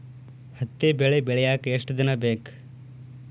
ಹತ್ತಿ ಬೆಳಿ ಬೆಳಿಯಾಕ್ ಎಷ್ಟ ದಿನ ಬೇಕ್?